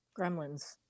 Gremlins